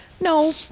No